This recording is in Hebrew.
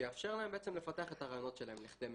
שיאפשר להם לפתח את הרעיונות שלהם לכדי מציאות.